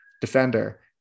defender